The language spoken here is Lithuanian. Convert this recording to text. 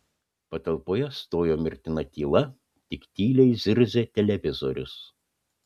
patalpoje stojo mirtina tyla tik tyliai zirzė televizorius